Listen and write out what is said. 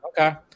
Okay